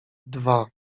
dwa